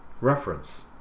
reference